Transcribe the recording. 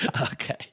Okay